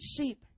sheep